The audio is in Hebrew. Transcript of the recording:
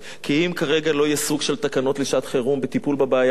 כי אם כרגע לא יהיה סוג של תקנות לשעת-חירום לטיפול בבעיה הזאת,